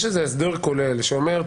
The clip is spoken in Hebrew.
יש איזה הסדר כולל שאומר,